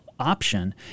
option